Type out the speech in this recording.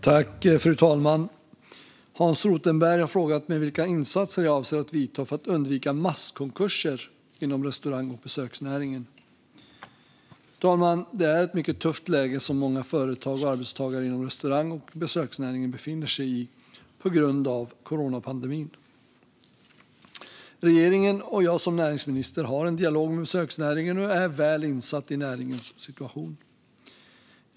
Fru talman! Hans Rothenberg har frågat mig vilka insatser jag avser att vidta för att undvika masskonkurser inom restaurang och besöksnäringen. Svar på interpellationer Fru talman! Det är ett mycket tufft läge som många företag och arbetstagare inom restaurang och besöksnäringen befinner sig i på grund av coronapandemin. Regeringen och jag som näringsminister har en dialog med besöksnäringen och är väl insatta i näringens situation.